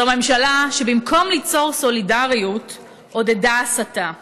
זו ממשלה שבמקום ליצור סולידריות עודדה הסתה,